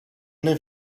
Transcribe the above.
live